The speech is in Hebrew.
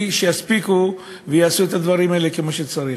להספיק ולעשות את הדברים האלה כמו שצריך.